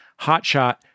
Hotshot